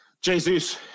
Jesus